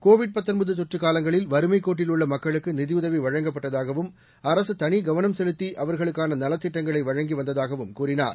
Covid தொற்று காலங்களில் வறுமைக் கோட்டில் உள்ள மக்களுக்கு நிதியுதவி வழங்கப்பட்டதாகவும் அரசு தனி கவனம் செலுத்தி அவர்களுக்கான நலத் திட்டங்களை வழங்கி வந்ததாகவும் கூறினார்